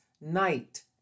night